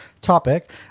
topic